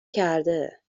کرده